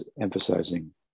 emphasizing